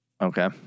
Okay